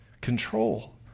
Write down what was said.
Control